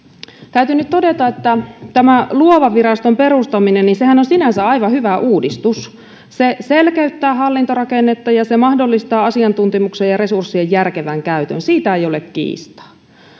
täytyy nyt todeta että tämä luova viraston perustaminen on sinänsä aivan hyvä uudistus se selkeyttää hallintorakennetta ja se mahdollistaa asiantuntemuksen ja resurssien järkevän käytön siitä ei ole kiistaa